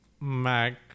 Mac